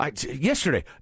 Yesterday